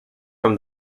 from